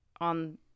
on